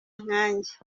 nkanjye